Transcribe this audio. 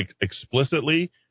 explicitly